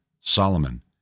Solomon